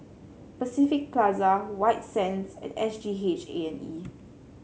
Pacific Plaza White Sands and S G H A and E